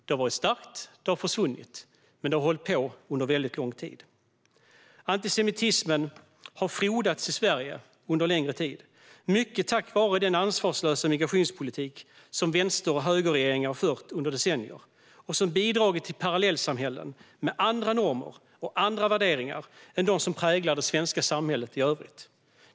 Det har varit starkt, och det har försvunnit. Men det har hållit på under väldigt lång tid. Antisemitismen har frodats i Sverige under en längre tid mycket på grund av den ansvarslösa migrationspolitik som vänster och högerregeringar har fört under decennier. Denna politik har bidragit till att vi har fått parallellsamhällen med andra normer och andra värderingar än dem som präglar det svenska samhället i övrigt.